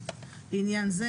לעניין זה,